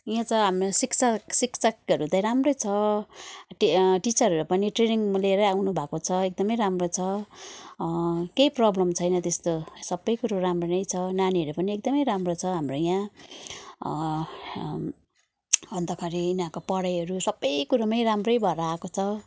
यहाँ चाहिँ हाम्रो शिक्षक शिक्षकहरू त्यही राम्रै छ टि टिचरहरू पनि ट्रेनिङ लिएर आउनु भएको छ एकदम राम्रो छ केही प्रोब्लम छैन त्यस्तो सबै कुरो राम्रो नै छ नानीहरू पनि एकदम राम्रो छ हाम्रो यहाँ अन्तखेरि यिनीहरूको पढाइहरू सबै कुरोमै राम्रो भएरै आएको छ